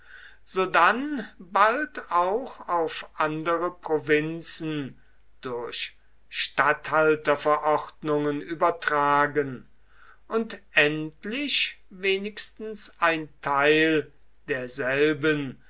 sodann bald auch auf andere provinzen durch statthalterverordnungen übertragen und endlich wenigstens ein teil derselben